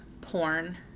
porn